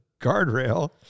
guardrail